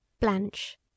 Blanche